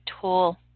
tool